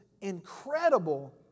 incredible